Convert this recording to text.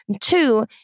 Two